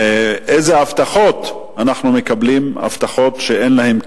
איזה הבטחות אנחנו מקבלים, הבטחות שאין להן כיסוי,